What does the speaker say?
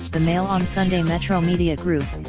the mail on sunday metro media group